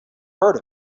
heard